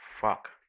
Fuck